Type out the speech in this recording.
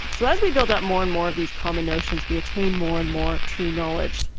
so as we build up more and more of these common notions, we attain more and more true knowledge.